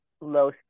low